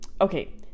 okay